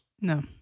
No